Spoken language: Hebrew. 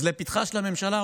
אז לפתחה של הממשלה,